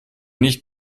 nicht